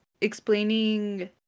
explaining